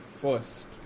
first